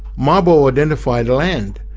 mabo identified land,